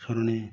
স্মরণে